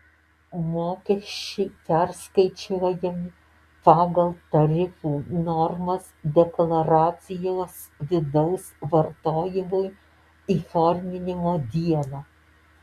mokesčiai perskaičiuojami pagal tarifų normas deklaracijos vidaus vartojimui įforminimo dieną